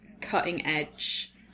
cutting-edge